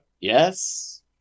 Yes